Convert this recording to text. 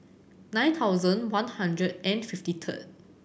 nine thousand one hundred and fifty third